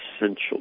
essential